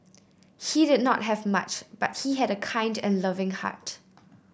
he did not have much but he had a kind and loving heart